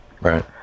Right